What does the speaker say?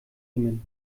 jemen